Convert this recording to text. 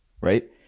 right